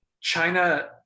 China